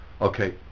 Okay